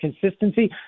consistency